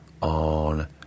on